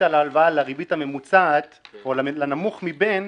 על ההלוואה לריבית הממוצעת לנמוך מבניהם,